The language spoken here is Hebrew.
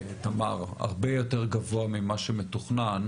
כך כתוב ב"הארץ" ואני מסכים.